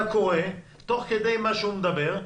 אתה קורא תוך כדי שהוא מדבר,